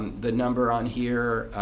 the number on here,